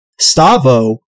Stavo